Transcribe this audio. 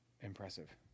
impressive